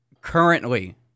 Currently